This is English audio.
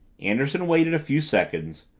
anderson waited a few seconds,